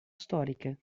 storiche